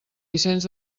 vicenç